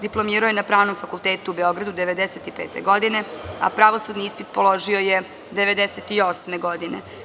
Diplomirao je na Pravnom fakultetu u Beogradu 1995. godine, a pravosudni ispit položio je 1998. godine.